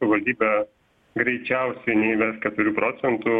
savildybė greičiausiai neįves keturių procentų